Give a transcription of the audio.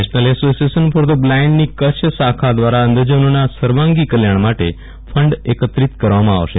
national association for the બ્લાઈન્ડની કચ્છ શાખા દ્વારા અંધજનોના સર્વાંગી કલ્યાણ માટે ફંડ એકત્રીત કરવામાં આવશે